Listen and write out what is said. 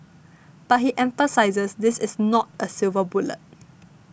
but he emphasises this is not a silver bullet